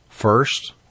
first